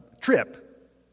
trip